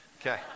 Okay